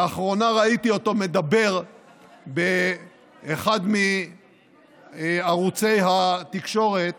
לאחרונה ראיתי אותו מדבר באחד מערוצי התקשורת